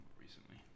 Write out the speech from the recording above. recently